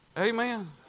Amen